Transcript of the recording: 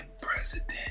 president